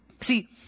See